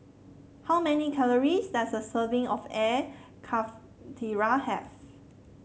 how many calories does a serving of Air Karthira have